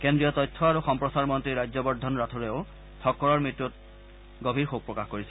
কেন্দ্ৰীয় তথ্য আৰু সম্প্ৰচাৰ মন্ত্ৰী ৰাজ্যবৰ্ধন ৰাথোড়েও থক্কৰৰ মৃত্যুত শোক প্ৰকাশ কৰিছে